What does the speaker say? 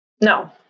No